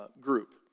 group